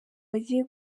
bagiye